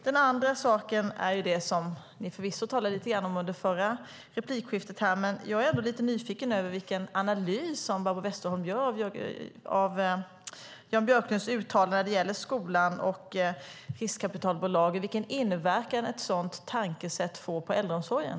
Den andra saken är något som vi visserligen talade lite om i förra replikskiftet här, men jag är ändå nyfiken på vilken analys som Barbro Westerholm gör av Jan Björklunds uttalande när det gäller skolan och riskkapitalbolag. Vilken inverkan får ett sådant tankesätt på äldreomsorgen?